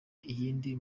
iyindi